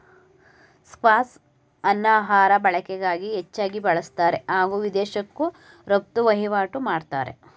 ಸ್ಕ್ವಾಷ್ಅನ್ನ ಆಹಾರ ಬಳಕೆಗಾಗಿ ಹೆಚ್ಚಾಗಿ ಬಳುಸ್ತಾರೆ ಹಾಗೂ ವಿದೇಶಕ್ಕೂ ರಫ್ತು ವಹಿವಾಟು ಮಾಡ್ತಾರೆ